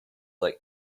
like